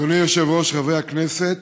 אדוני היושב-ראש, חברי הכנסת,